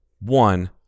One